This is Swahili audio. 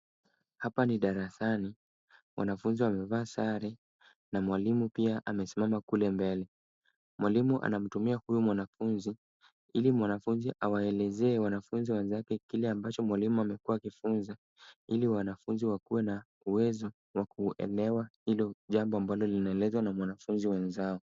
Hapa ni darasani, wanafunzi wamevaa sare na mwalimu pia amesimama kule mbele. Mwalimu anamtumia huyu mwanafunzi, ili mwanafunzi awaelezee wanafunzi wenzake kile ambacho mwalimu amekuwa akifunza. Ili wanafunzi wakuwe na uwezo wa kuelewa hilo jambo ambalo linaelezwa na mwanafunzi mwenzao.